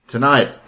Tonight